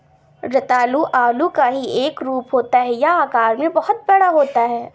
रतालू आलू का ही एक रूप होता है यह आकार में बहुत बड़ा होता है